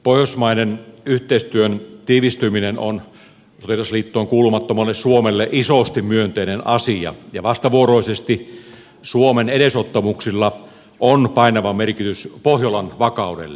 pohjoismaiden yhteistyön tiivistyminen on sotilasliittoon kuulumattomalle suomelle isosti myönteinen asia ja vastavuoroisesti suomen edesottamuksilla on painava merkitys pohjolan vakaudelle